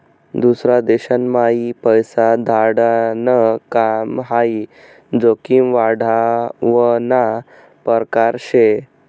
दूसरा देशम्हाई पैसा धाडाण काम हाई जोखीम वाढावना परकार शे